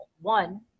one-